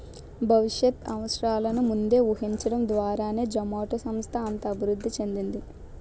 భవిష్యత్ అవసరాలను ముందే ఊహించడం ద్వారానే జొమాటో సంస్థ అంత అభివృద్ధి చెందింది